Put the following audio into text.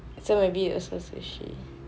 so maybe it will still be sushi